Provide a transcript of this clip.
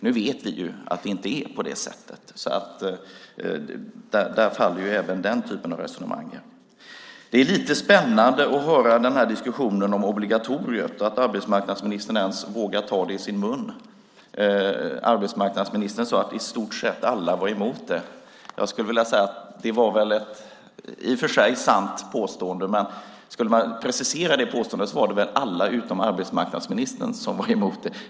Nu vet vi att det inte är på det sättet, så där faller även den typen av resonemang. Det är lite spännande att höra diskussionen om obligatoriet och att arbetsmarknadsministern ens vågar ta det i sin mun. Arbetsmarknadsministern sade att i stort sett alla var emot det. Det var i och för sig ett sant påstående, men skulle man precisera påståendet är det att alla utom arbetsmarknadsministern var emot det.